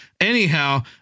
Anyhow